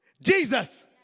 Jesus